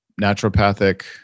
naturopathic